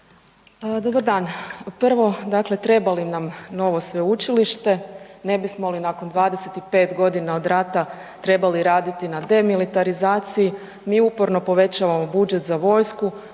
Dobar dan. Prvo, dakle treba li nam novo sveučilište, ne bismo li nakon 25 godina od rata trebali raditi na demilitarizaciji mi uporno povećavamo budžet za vojsku,